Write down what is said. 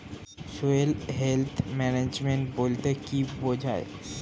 Soil health management বলতে কি বুঝায়?